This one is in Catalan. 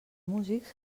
músics